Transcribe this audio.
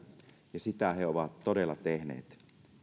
ja sitä he ovat todella tehneet